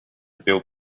build